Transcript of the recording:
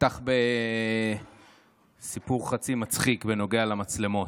נפתח בסיפור חצי מצחיק בנוגע למצלמות.